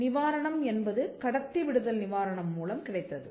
நிவாரணம் என்பது கடத்தி விடுதல் நிவாரணம் மூலம் கிடைத்தது